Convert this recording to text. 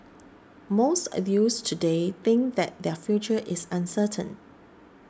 most of youths today think that their future is uncertain